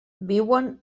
viuen